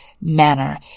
manner